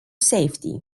safety